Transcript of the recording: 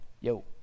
Yo